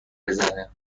بزنه